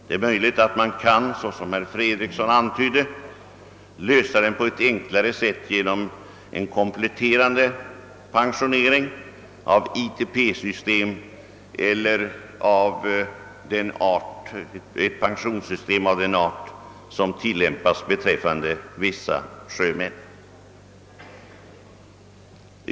Det är möjligt att man kan, såsom herr Fredriksson antydde, lösa den på ett enklare sätt genom en kompletterande pensionering enligt ITP-systemet eller genom ett pensionssystem av den art som tillämpas beträffande vissa sjömän.